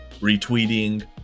retweeting